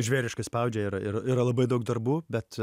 žvėriškai spaudžia ir ir yra labai daug darbų bet